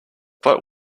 but